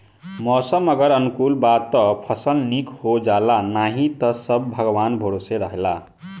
मौसम अगर अनुकूल बा त फसल निक हो जाला नाही त सब भगवान भरोसे रहेला